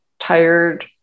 tired